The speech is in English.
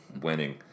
winning